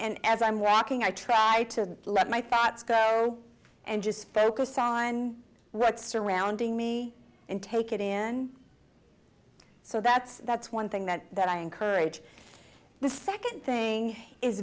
and as i'm walking i tried to let my thoughts go and just focus on what surrounding me and take it in so that's that's one thing that that i encourage the second thing is